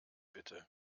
bitte